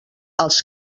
els